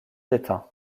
éteints